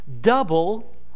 double